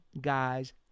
guys